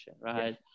right